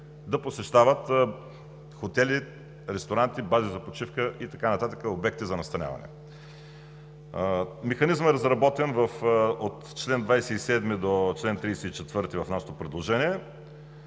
да посещават хотели, ресторанти, бази за почивка и така нататък, обекти за настаняване. Механизмът е разработен от чл. 27 до чл. 34 в нашето предложение.